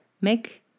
Make